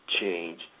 change